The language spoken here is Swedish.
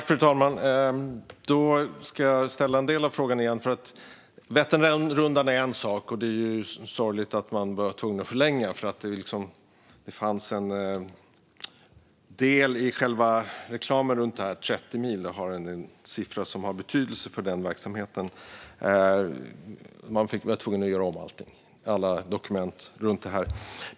Fru talman! Då ska jag ställa en del av frågan igen. Vätternrundan är en sak, och det var sorgligt att man var tvungen att förlänga den. Det fanns ju en del i själva reklamen runt det här, och 30 mil är siffra som har betydelse för verksamheten. Man var tvungen att göra om alla dokument och så runt omkring.